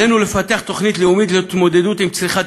עלינו לפתח תוכנית לאומית להתמודדות עם צריכת